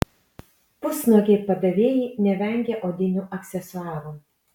pusnuogiai padavėjai nevengia odinių aksesuarų